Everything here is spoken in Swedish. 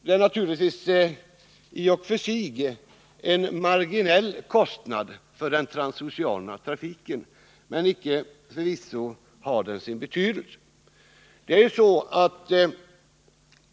Det är naturligtvis i och för sig en marginell kostnad för den transoceana trafiken, men icke desto mindre har den sin betydelse.